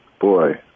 boy